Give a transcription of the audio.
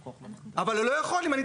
מה הכוונה אם לא ניתן?